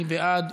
מי בעד?